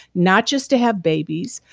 not just to have babies,